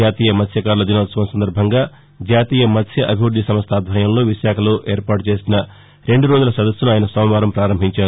జాతీయ మత్స్టకారుల దినోత్సవం సందర్బంగా జాతీయ మత్స్య అభివృద్ది సంస్ట ఆధ్వర్యంలో విశాఖలో ఏర్పాటు చేసిన రెండు రోజుల సదస్సును ఆయన సోమవారం ప్రారంభించారు